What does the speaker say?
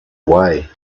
away